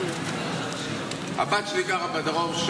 הבת שלי גרה בדרום,